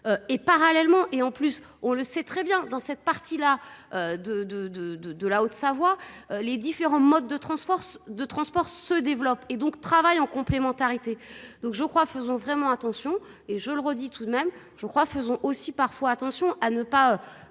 Et parallèlement et en plus, on le sait très bien dans cette partie là de de de de de la Haute-Savoie. Les différents modes de transport de transport se développe et donc travaillent en complémentarité. Donc, je crois, faisons vraiment attention et je le redis tout de même je crois faisons aussi parfois. Attention à ne pas